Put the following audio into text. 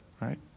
right